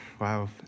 Wow